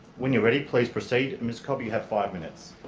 when you're ready please proceed ms cobb. you have five minutes.